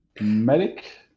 Medic